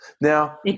Now